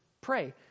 pray